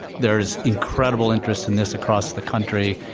there's incredible interest in this across the country.